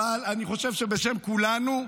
אבל אני חושב שבשם כולנו,